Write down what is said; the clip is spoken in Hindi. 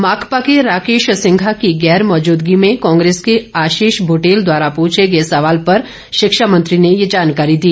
माकपा के राकेश सिंघा की गैरमौजूदगी में कांग्रेस के आशीष बुटेल द्वारा पूछे गए सवाल पर शिक्षामंत्री ने ये जानकारी दी